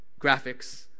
graphics